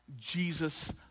Jesus